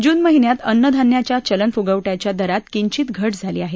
जून महिन्यात अन्न धान्याच्या चलन फुगवट्याच्या दरात किंचित घट झाली आहे